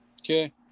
okay